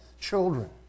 children